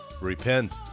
repent